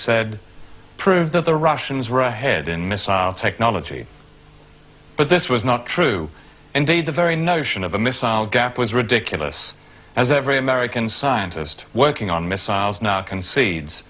said proved that the russians were ahead in missile technology but this was not true and they had the very notion of a missile gap was ridiculous as every american scientist working on